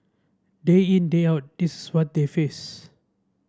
day in day out this is what they face